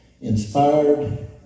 inspired